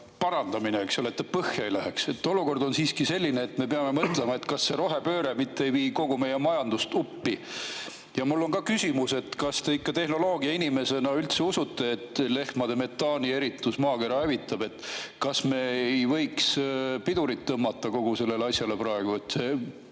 parandamine, et ta põhja ei läheks. Olukord on siiski selline, et me peame mõtlema, kas see rohepööre mitte ei vii kogu meie majandust uppi. Mul on ka küsimus. Kas te tehnoloogiainimesena ikka üldse usute, et lehmade metaanieritus maakera hävitab? Kas me ei võiks pidurit tõmmata kogu sellele asjale?